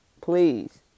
please